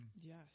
Yes